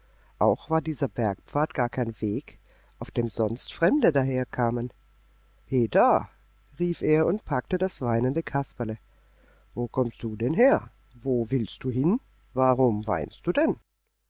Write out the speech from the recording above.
auch war dieser bergpfad gar kein weg auf dem sonst fremde daherkamen heda rief er und packte das weinende kasperle wo kommst du denn her wo willst du hin warum weinst du denn